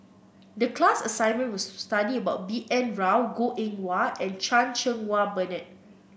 the class assignment was to study about B N Rao Goh Eng Wah and Chan Cheng Wah Bernard